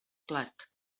plat